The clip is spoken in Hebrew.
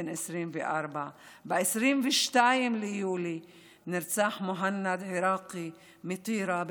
בן 24. ב-22 ביולי נרצח מוהנד עיראקי מטירה,